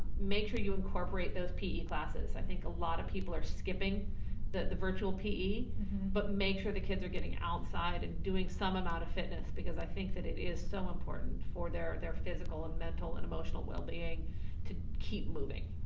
make sure you incorporate those pe classes. i think a lot of people are skipping the virtual pe but make sure the kids are getting outside and doing some amount of fitness because i think that it is so important for their their physical and mental and emotional wellbeing to keep moving.